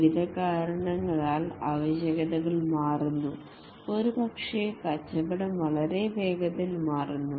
വിവിധ കാരണങ്ങളാൽ ആവശ്യകതകൾ മാറുന്നു ഒരുപക്ഷേ കച്ചവടം വളരെ വേഗത്തിൽ മാറുന്നു